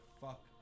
fuck